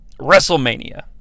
WrestleMania